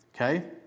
Okay